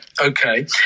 okay